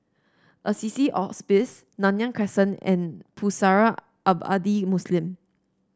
Assisi Hospice Nanyang Crescent and Pusara Abadi Muslim